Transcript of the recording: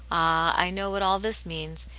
i know what all this means.